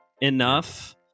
enough